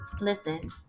listen